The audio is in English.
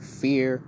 fear